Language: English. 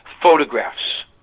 photographs